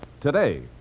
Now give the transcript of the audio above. today